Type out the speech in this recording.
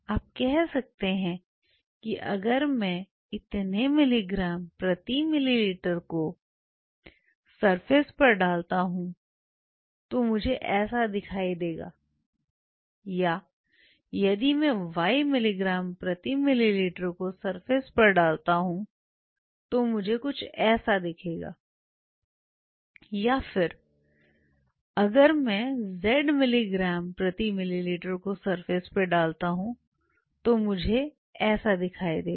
आप कह सकते हैं कि अगर मैं इतने मिलीग्राम प्रति मिलीलीटर को सरफेस पर डालता हूं तो तो मुझे ऐसा दिखेगा या यदि मैं Y मिलीग्राम प्रति मिलीलीटर को सरफेस पर डालता हूं तो तो मुझे ऐसा दिखेगा या फिर अगर मैं Z मिलीग्राम प्रति मिलीलीटर को सरफेस पर डालता हूं तो तो मुझे ऐसा दिखेगा